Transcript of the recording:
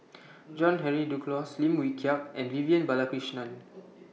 John Henry Duclos Lim Wee Kiak and Vivian Balakrishnan